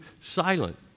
silent